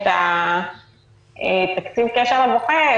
את תקציב הקשר לבוחר,